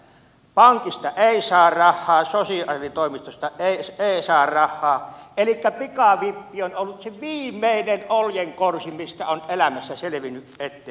pankista ei saa rahaa sosiaalitoimistosta ei saa rahaa elikkä pikavippi on ollut se viimeinen oljenkorsi mistä on elämässä selvinnyt eteenpäin